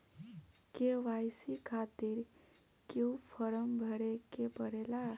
KYC खातिर क्यूं form भरे के पड़ेला?